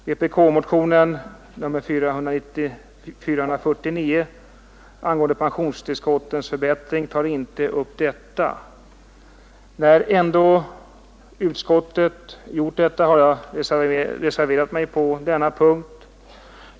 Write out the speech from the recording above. Vpk-motionen 449 angående pensionstillskottens förbättring tar inte upp detta. När ändå utskottet gjort det har jag reserverat mig på denna punkt.